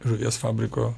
žuvies fabriko